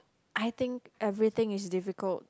I think everything is difficult